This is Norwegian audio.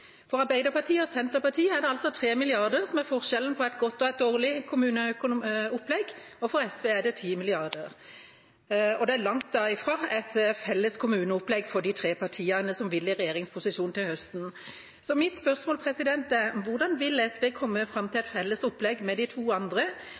For Arbeiderpartiet og Senterpartiet er det altså 3 mrd. kr som er forskjellen på et godt og et dårlig kommuneopplegg, og for SV er det 10 mrd. kr, og det er langt fra et felles kommuneopplegg for de tre partiene som vil i regjeringsposisjon til høsten. Så mitt spørsmål er: Hvordan vil SV komme fram til